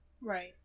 Right